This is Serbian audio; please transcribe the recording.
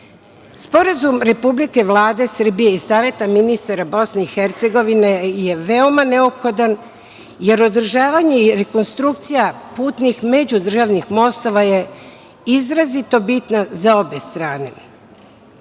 Vlade Republike Srbije i Saveta ministara BiH je veoma neophodan, jer održavanje i rekonstrukcija putnih međudržavnih mostova je izrazito bitna za obe strane.